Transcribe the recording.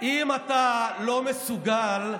אם אתה לא מסוגל,